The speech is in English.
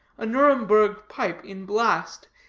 a nuremburgh pipe in blast,